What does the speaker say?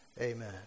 Amen